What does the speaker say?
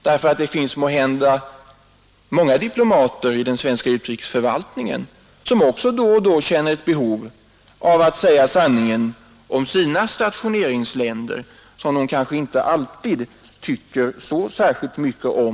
Det finns säkert många diplomater i den svenska utrikesförvaltningen som ibland känner ett behov av att säga sanningen om sina stationeringsländer, vilka de innerst inne kanske inte alltid tycker så särskilt mycket om.